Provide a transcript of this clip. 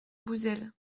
bouzel